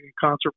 concert